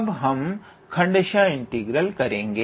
अब हम खण्ड्शह इंटीग्रल करेंगे